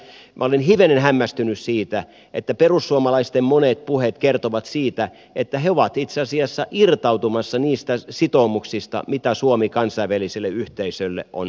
minä olen hivenen hämmästynyt siitä että perussuomalaisten monet puheet kertovat siitä että he ovat itse asiassa irtautumassa niistä sitoumuksista mitä suomi kansainväliselle yhteisölle on antanut